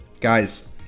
guys